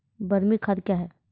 बरमी खाद कया हैं?